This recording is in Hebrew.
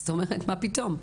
זאת אומרת, מה פתאום.